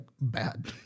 bad